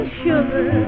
sugar